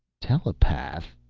telepath?